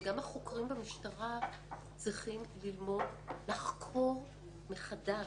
וגם החוקרים במשטרה צריכים ללמוד לחקור מחדש